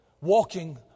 walking